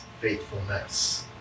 faithfulness